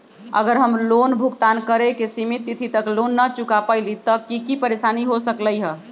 अगर हम लोन भुगतान करे के सिमित तिथि तक लोन न चुका पईली त की की परेशानी हो सकलई ह?